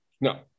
No